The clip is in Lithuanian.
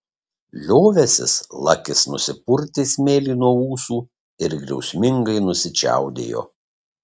liovęsis lakis nusipurtė smėlį nuo ūsų ir griausmingai nusičiaudėjo